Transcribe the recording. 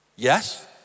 Yes